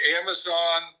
Amazon